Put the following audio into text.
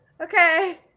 Okay